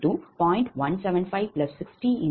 0000553